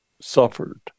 suffered